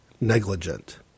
negligent